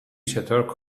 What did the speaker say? چطور